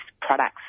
products